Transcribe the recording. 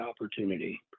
opportunity